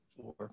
four